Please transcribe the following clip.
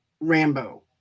Rambo